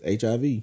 HIV